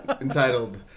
entitled